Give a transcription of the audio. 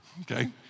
okay